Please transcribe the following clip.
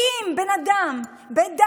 כי אם בן אדם בדם,